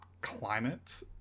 climate